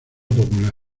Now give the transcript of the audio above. popular